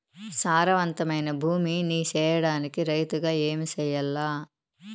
సారవంతమైన భూమి నీ సేయడానికి రైతుగా ఏమి చెయల్ల?